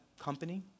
company